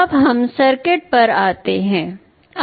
अब हम सर्किट पर आते हैं